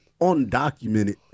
undocumented